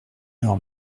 leurs